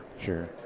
Sure